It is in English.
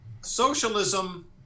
socialism